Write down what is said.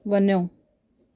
वञो